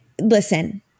listen